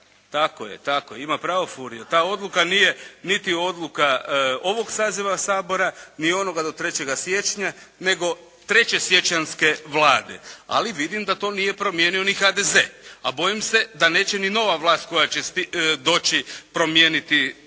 odluka, tako je, ima pravo Furio, ta odluka nije niti odluka ovog saziva Sabora ni onoga do 3. siječnja, nego 3. siječanjske Vlade, ali vidim da to nije promijenio ni HDZ. A bojim se da neće ni nova vlast koja će doći promijeniti takvu